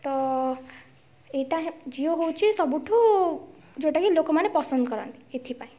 ତ ଏଇଟା ହେ ଜିଓ ହେଉଛି ସବୁଠୁ ଯେଉଁଟା କି ଲୋକମାନେ ପସନ୍ଦ କରନ୍ତି ଏଥିପାଇଁ